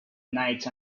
night